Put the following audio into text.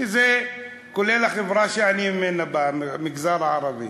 שזה כולל את החברה שאני בא ממנה, המגזר הערבי,